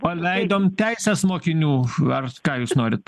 paleidom teises mokinių ar ką jūs norit